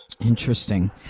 Interesting